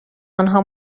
آنها